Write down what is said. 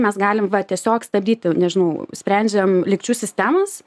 mes galim va tiesiog stabdyti nežinau sprendžiam lygčių sistemas